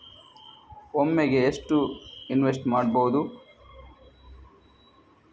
ಒಮ್ಮೆಗೆ ಎಷ್ಟು ಇನ್ವೆಸ್ಟ್ ಮಾಡ್ಬೊದು?